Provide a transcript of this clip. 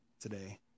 today